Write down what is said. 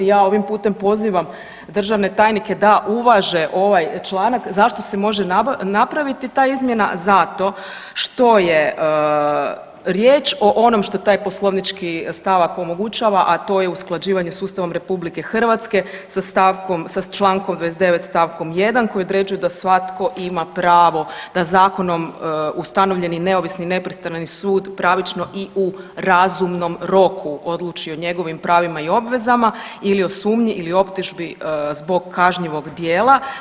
I ja ovim putem pozivam državne tajnike da uvaže ovaj članak zašto se može napraviti ta izmjena, zato što je riječ o onom što taj poslovnički stavak omogućava, a to je usklađivanje sa Ustavom RH, sa člankom 29. stavkom 1. Koji određuje da svatko ima pravo da zakonom ustanovljeni neovisni i nepristrani sud pravično i u razumnom roku odluči o njegovim pravima i obvezama ili o sumnji ili optužbi zbog kažnjivog djela.